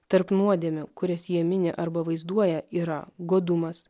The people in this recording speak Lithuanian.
tarp nuodėmių kurias jie mini arba vaizduoja yra godumas